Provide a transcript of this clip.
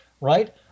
right